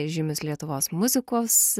įžymius lietuvos muzikus